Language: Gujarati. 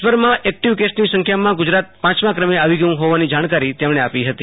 દેશભરમાં એક્ટિવ કેસની સંખ્યામાં ગુજરાત પાંચમાં ક્રમે આવી ગયું હોવાની જાણકારી તેમણે આપી હતી